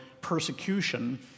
persecution